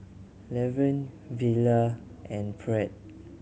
Lavern Villa and Pratt